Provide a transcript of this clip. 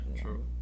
True